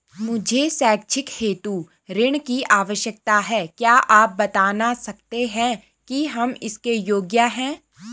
मुझे शैक्षिक हेतु ऋण की आवश्यकता है क्या आप बताना सकते हैं कि हम इसके योग्य हैं?